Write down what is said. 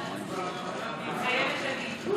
מתחייבת אני.